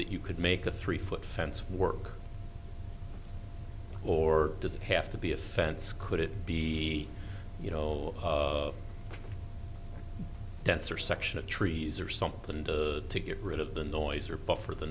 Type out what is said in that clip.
that you could make a three foot fence work or does it have to be a fence could it be you know denser section of trees or something and to get rid of the noise or buffer the